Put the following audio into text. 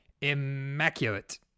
immaculate